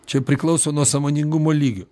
čia priklauso nuo sąmoningumo lygio